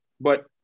But-